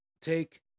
take